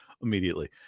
immediately